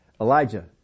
Elijah